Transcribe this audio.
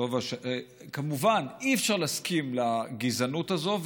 סבטלובה שכמובן אי-אפשר להסכים לגזענות הזאת.